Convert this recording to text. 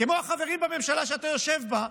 כמו החברים בממשלה שאתה יושב בה,